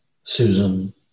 Susan